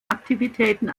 aktivitäten